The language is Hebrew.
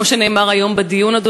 כמו שנאמר היום בדיון,